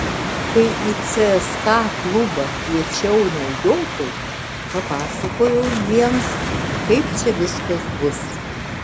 kai į cska klubą kviečiau naujokus papasakojau jiems kaip čia viskas bus